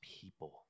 people